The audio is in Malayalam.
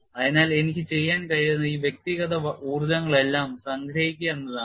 അതിനാൽ എനിക്ക് ചെയ്യാൻ കഴിയുന്നത് ഈ വ്യക്തിഗത ഊർജ്ജങ്ങളെല്ലാം സംഗ്രഹിക്കുക എന്നതാണ്